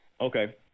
Okay